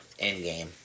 Endgame